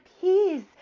peace